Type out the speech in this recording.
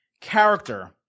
character